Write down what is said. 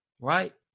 right